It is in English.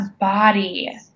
body